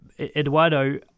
Eduardo